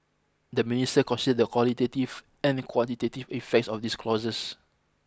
the Minister considered the qualitative and quantitative effects of these clauses